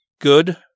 good